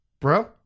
bro